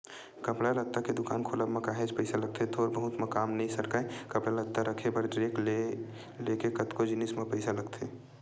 कपड़ा लत्ता के दुकान खोलब म काहेच पइसा लगथे थोर बहुत म काम नइ सरकय कपड़ा लत्ता रखे बर रेक ले लेके कतको जिनिस म पइसा लगथे